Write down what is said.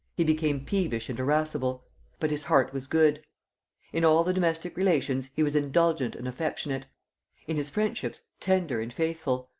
he became peevish and irascible but his heart was good in all the domestic relations he was indulgent and affectionate in his friendships tender and faithful,